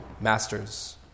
masters